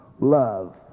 love